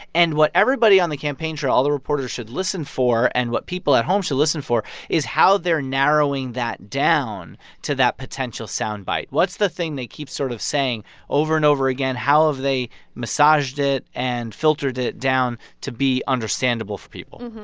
and what everybody on the campaign trail, all the reporters should listen for and what people at home should listen for is how they're narrowing that down to that potential soundbite. what's the thing they keep sort of saying over and over again? how have they massaged it and filtered it down to be understandable for people?